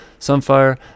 Sunfire